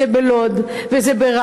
וזה בלוד,